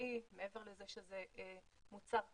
מעבר לזה שזה מוצר כחול-לבן,